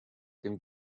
dem